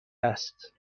است